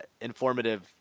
informative